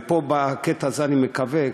ובקטע הזה אני מקווה,